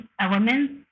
elements